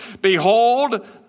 Behold